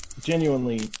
genuinely